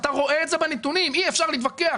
אתה רואה את זה בנתונים, אי אפשר להתווכח.